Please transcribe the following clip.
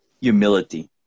humility